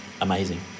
amazing